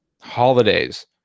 Holidays